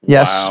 Yes